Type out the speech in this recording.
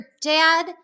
dad